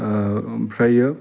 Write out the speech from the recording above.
ओमफ्रायो